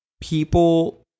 people